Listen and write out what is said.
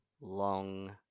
long